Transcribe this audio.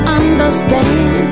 understand